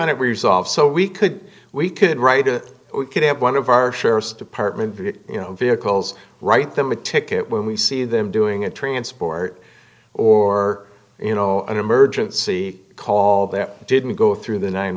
t it resolved so we could we could write a we could have one of our sheriff's department you know vehicles write them a ticket when we see them doing a transport or d you know an emergency call there didn't go through the nine